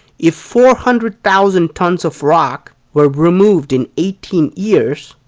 if four hundred thousand tons of rock were removed in eighteen years,